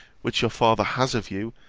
which your father has of you,